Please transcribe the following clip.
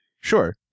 Sure